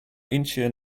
incheon